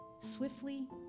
swiftly